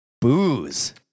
Booze